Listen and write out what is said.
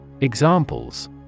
Examples